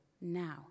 now